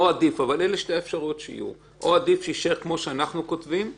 אבל אלה שתי האפשרויות שיהיו: או עדיף שיישאר כמו שאנחנו כותבים בלי,